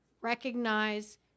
recognize